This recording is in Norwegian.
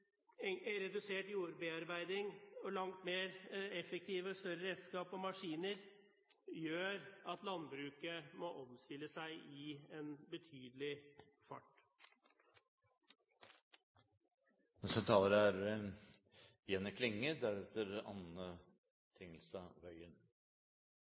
fôring, samdrifter, redusert jordbearbeiding og langt mer effektive og større redskap og maskiner gjør at landbruket må omstille seg i